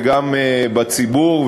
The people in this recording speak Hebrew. וגם בציבור,